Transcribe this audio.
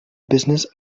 business